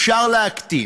אפשר להקטין.